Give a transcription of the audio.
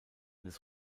des